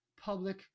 public